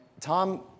Tom